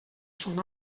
son